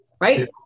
right